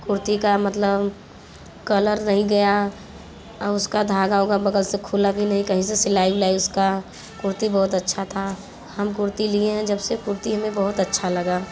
कुर्ती का मतलब कलर नहीं गया उसका धागा उगा बगल से खुला भी नहीं कहीं से सिलाई उलाई उसका कुर्ती बहुत अच्छा था हम कुर्ती लिए हैं जब से कुर्ती हम बहुत अच्छा लगा